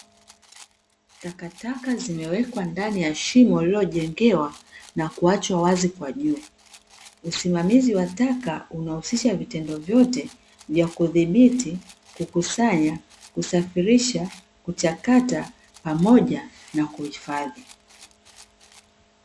Takataka zimewekwa ndani ya shimo lililojengewa na kuachwa wazi kwa juu. Usimamizi wa taka unahusisha vitendo vyote vya kudhibiti, kukusanya, kusafirisha, kuchakata pamoja na kuhifadhi.